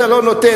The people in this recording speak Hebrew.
אתה לא נותן.